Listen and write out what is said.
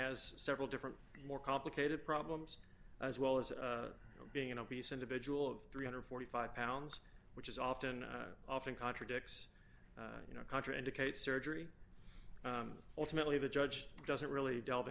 has several different more complicated problems as well as being an obese individual of three hundred and forty five pounds which is often often contradicts you know contraindicate surgery ultimately the judge doesn't really delve